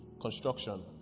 Construction